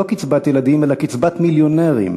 לא קצבת ילדים אלא קצבת מיליונרים.